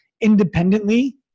independently